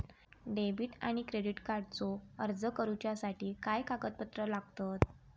Debit आणि credit कार्डचो अर्ज करुच्यासाठी काय कागदपत्र लागतत?